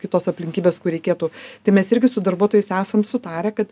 kitos aplinkybės kur reikėtų tai mes irgi su darbuotojais esam sutarę kad